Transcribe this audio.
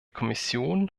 kommission